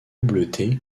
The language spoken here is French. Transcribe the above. bleuté